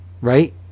right